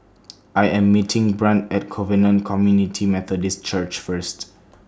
I Am meeting Brant At Covenant Community Methodist Church First